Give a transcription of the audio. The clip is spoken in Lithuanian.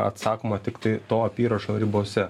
atsakoma tiktai to apyrašo ribose